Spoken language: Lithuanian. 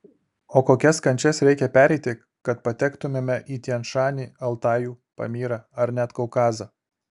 o kokias kančias reikia pereiti kad patektumėme į tian šanį altajų pamyrą ar net kaukazą